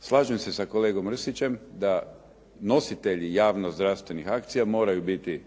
Slažem se sa kolegom Mrsić da nositelji javno-zdravstvenih akcija moraju biti